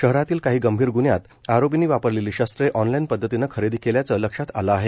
शहरातील काही गंभीर गून्ह्यात आरोपींनी वापरलेली शस्त्रे ऑनलाईन पध्दतीनं खरेदी केल्याचं लक्षात आलं आहे